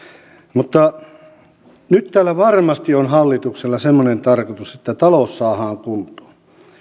mutta nyt täällä varmasti on hallituksella semmoinen tarkoitus että talous saadaan kuntoon